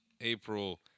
April